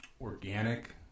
organic